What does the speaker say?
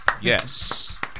Yes